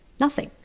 nothing!